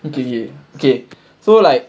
okay okay okay so like